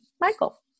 Michael